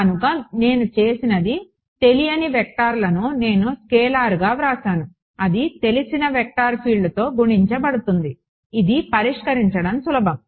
కనుక నేను చేసినది తెలియని వెక్టర్లను నేను స్కేలార్ గా వ్రాసాను అది తెలిసిన వెక్టర్ ఫీల్డ్తో గుణించబడుతుంది ఇది పరిష్కరించడం సులభం